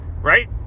right